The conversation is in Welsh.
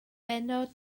bennod